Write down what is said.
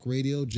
Radio